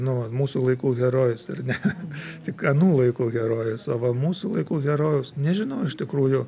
nu va mūsų laikų herojus ar ne tik anų laikų herojus o va mūsų laikų herojaus nežinau iš tikrųjų